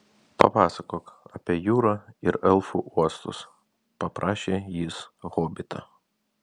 papasakok apie jūrą ir elfų uostus paprašė jis hobitą